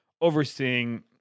Overseeing